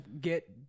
get